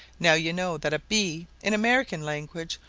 now you know that a bee, in american language,